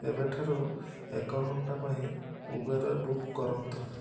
ଏବେ ଠାରୁ ଏକ ଘଣ୍ଟା ପାଇଁ ଉବର୍ ବୁକ୍ କରନ୍ତୁ